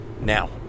Now